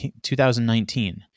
2019